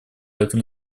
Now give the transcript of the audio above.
этом